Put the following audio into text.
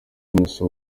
innocent